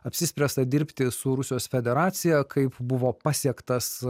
apsispręsta dirbti su rusijos federacija kaip buvo pasiektas